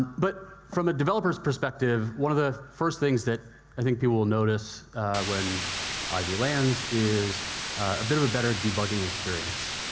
but from a developer's perspective, one of the first things that i think people will notice when ivy lands is a bit of a better debugging experience.